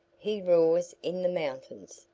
he roars in the mountains,